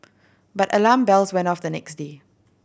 but alarm bells went off the next day